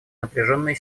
напряженные